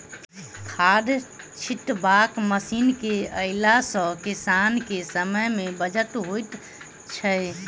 खाद छिटबाक मशीन के अयला सॅ किसान के समय मे बचत होइत छै